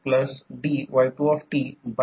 तर यालाच ट्रान्सफॉर्मर लोडवर आहे असे म्हणतात